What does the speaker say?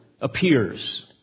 appears